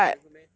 very good meh